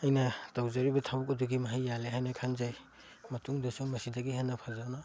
ꯑꯩꯅ ꯇꯧꯖꯔꯤꯕ ꯊꯕꯛ ꯑꯗꯨꯒꯤ ꯃꯍꯩ ꯌꯥꯜꯂꯦ ꯍꯥꯏꯅ ꯈꯟꯖꯩ ꯃꯇꯨꯡꯗꯁꯨ ꯃꯁꯤꯗꯒꯤ ꯍꯦꯟꯅ ꯐꯖꯅ